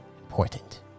important